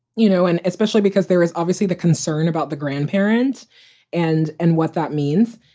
you know, and especially because there is obviously the concern about the grandparents and and what that means.